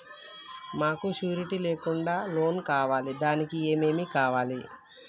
మాకు షూరిటీ లేకుండా లోన్ కావాలి దానికి ఏమేమి కావాలి?